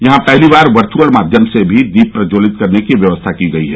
यहां पहली बार वर्चुअल माध्यम से भी दीप प्रज्ज्वलित करने की व्यवस्था की गई है